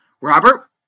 Robert